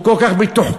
הוא כל כך מתוחכם.